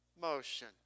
motion